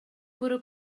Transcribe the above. bwrw